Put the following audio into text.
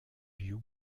view